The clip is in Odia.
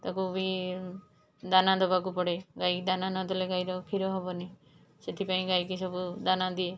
ତାକୁ ବି ଦାନା ଦେବାକୁ ପଡ଼େ ଗାଈକି ଦାନା ନଦେଲେ ଗାଈର କ୍ଷୀର ହେବନି ସେଥିପାଇଁ ଗାଈକି ସବୁ ଦାନା ଦିଏ